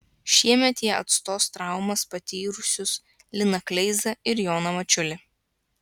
šiemet jie atstos traumas patyrusius liną kleizą ir joną mačiulį